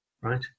Right